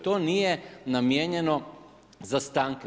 To nije namijenjeno za stanke.